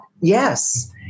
Yes